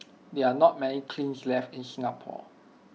there are not many kilns left in Singapore